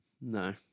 No